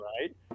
right